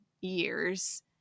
years